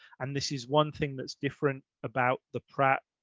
and this is one thing that's different about the pratt.